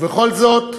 ובכל זאת,